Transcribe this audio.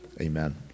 Amen